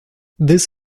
this